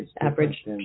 Average